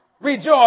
Rejoice